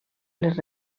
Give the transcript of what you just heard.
les